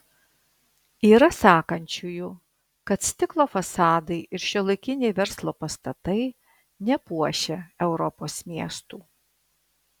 yra sakančiųjų kad stiklo fasadai ir šiuolaikiniai verslo pastatai nepuošia europos miestų